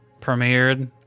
premiered